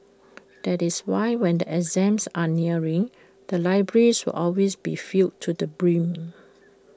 that is why when the exams are nearing the libraries will always be filled to the brim